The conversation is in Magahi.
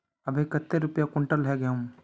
अभी कते रुपया कुंटल है गहुम?